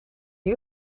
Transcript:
you